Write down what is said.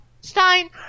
Stein